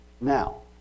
now